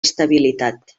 estabilitat